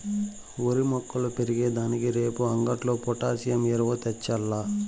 ఓరి మొక్కలు పెరిగే దానికి రేపు అంగట్లో పొటాసియం ఎరువు తెచ్చాల్ల